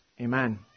Amen